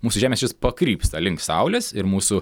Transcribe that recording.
mūsų žemės ašis pakrypsta link saulės ir mūsų